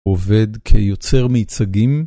עובד כיוצר מייצגים.